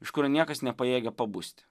iš kurio niekas nepajėgia pabusti